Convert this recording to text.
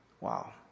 Wow